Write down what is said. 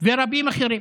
ורבים אחרים.